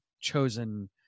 chosen